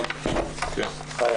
כן, חיה.